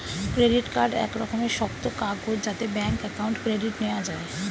credit card এক রকমের শক্ত কাগজ যাতে ব্যাঙ্ক অ্যাকাউন্ট ক্রেডিট নেওয়া যায়